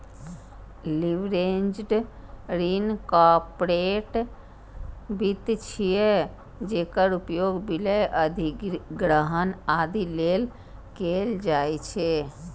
leveraged ऋण corporate वित्त छियै, जेकर उपयोग विलय, अधिग्रहण, आदि लेल कैल जाइ छै